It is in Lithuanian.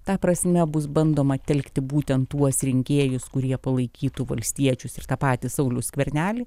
ta prasme bus bandoma telkti būtent tuos rinkėjus kurie palaikytų valstiečius ir tą patį saulių skvernelį